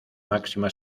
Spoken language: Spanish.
máxima